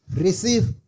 receive